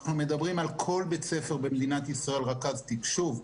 אנחנו מדברים על כך שבכל בית ספר במדינת ישראל יהיה רכז תקשוב.